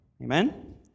Amen